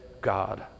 God